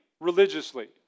religiously